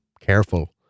careful